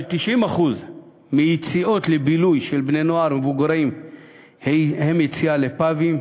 ש-90% מהיציאות לבילוי של בני-נוער ובוגרים הם לפאבים,